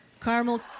caramel